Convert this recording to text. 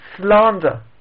slander